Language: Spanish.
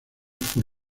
por